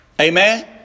Amen